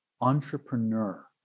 entrepreneur